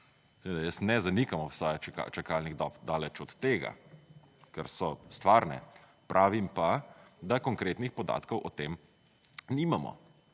jaz ne zanikam obstoja čakalnih dob, daleč od tega. Ker so stvarne. Pravim pa, da konkretnih podatkov o tem nimamo.